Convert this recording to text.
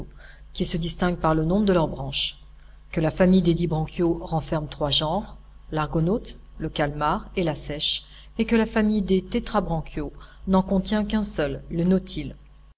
qui se distinguent par le nombre de leurs branches que la famille des dibranchiaux renferme trois genres l'argonaute le calmar et la seiche et que la famille des tétrabranchiaux n'en contient qu'un seul le nautile